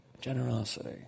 generosity